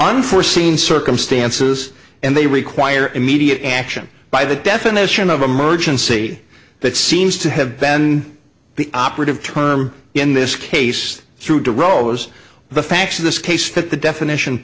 unforeseen circumstances and they require immediate action by the definition of emergency that seems to have been the operative term in this case through to rowers the facts of this case fit the definition